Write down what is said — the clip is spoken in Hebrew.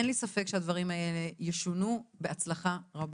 אני מתכבדת ושמחה לפתוח את הישיבה של ועדת העבודה והרווחה,